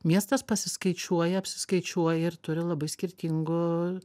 miestas pasiskaičiuoja apsiskaičiuoja ir turi labai skirtingo